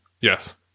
yes